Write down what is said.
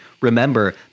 Remember